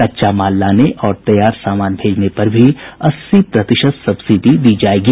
कच्चा माल लाने और तैयार सामान भेजने पर भी अस्सी प्रतिशत सब्सिडी दी जायेगी